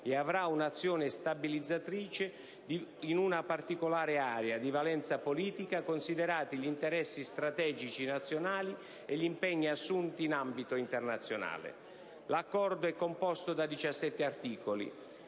e avrà un'azione stabilizzatrice di una particolare area, di valenza politica, considerati gli interessi strategici nazionali e gli impegni assunti in ambito internazionale. L'Accordo è composto da 17 articoli.